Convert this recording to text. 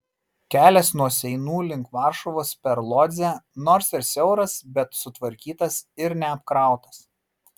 kelias nuo seinų link varšuvos per lodzę nors ir siauras bet sutvarkytas ir neapkrautas